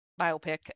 biopic